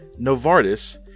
Novartis